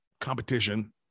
competition